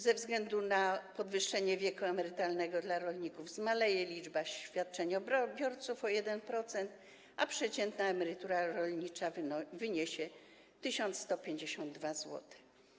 Ze względu na podwyższenie wieku emerytalnego dla rolników zmaleje liczba świadczeniobiorców o 1%, a przeciętna emerytura rolnicza wyniesie 1152 zł.